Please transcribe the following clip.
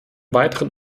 weiteren